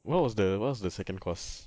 what was the what was the second course